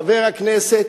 חבר הכנסת,